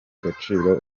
agaciro